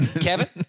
Kevin